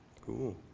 cool.